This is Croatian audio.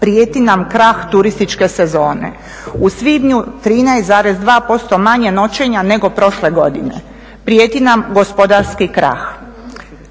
prijeti nam krah turističke sezone. U svibnju 13,2% manje noćenja nego prošle godine. Prijeti nam gospodarski krah.